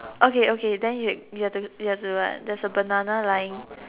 okay okay then then you have the what the banana lying